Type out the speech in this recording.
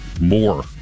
more